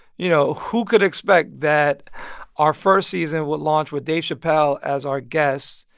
you know, who could expect that our first season would launch with dave chappelle as our guest,